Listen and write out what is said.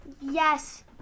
Yes